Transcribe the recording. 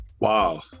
wow